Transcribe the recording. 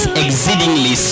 exceedingly